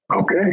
okay